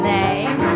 name